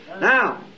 Now